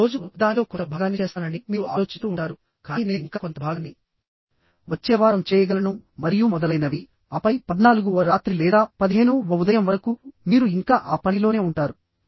నేను ఈ రోజు దానిలో కొంత భాగాన్ని చేస్తానని మీరు ఆలోచిస్తూ ఉంటారు కానీ నేను ఇంకా కొంత భాగాన్ని వచ్చే వారం చేయగలను మరియు మొదలైనవి ఆపై 14వ రాత్రి లేదా 15వ ఉదయం వరకు మీరు ఇంకా ఆ పనిలోనే ఉంటారు